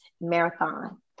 marathon